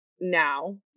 now